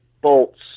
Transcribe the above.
bolts